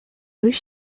wish